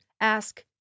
ask